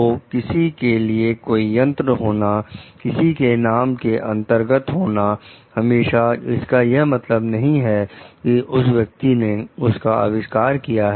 तो किसी के लिए कोई यंत्र होना किसी के नाम के अंतर्गत होना हमेशा इसका यह मतलब नहीं है कि उस व्यक्ति ने उसका आविष्कार किया है